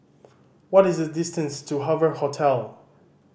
what is the distance to Hoover Hotel